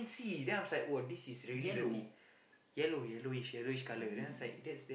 see then I was like !wow! this is really dirty yellow yellowish yellowish colour then I was like that's damn